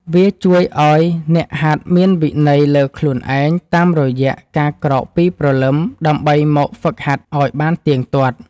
វាជួយឱ្យអ្នកហាត់មានវិន័យលើខ្លួនឯងតាមរយៈការក្រោកពីព្រលឹមដើម្បីមកហ្វឹកហាត់ឱ្យបានទៀងទាត់។